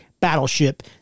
battleship